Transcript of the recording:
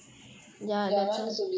ya mine also business